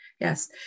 Yes